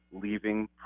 leaving